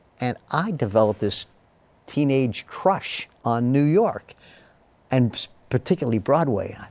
and i developed this teenage crush on new york and particularly broadway.